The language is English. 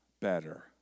better